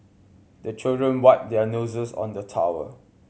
the children wipe their noses on the towel